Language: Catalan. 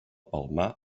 palmar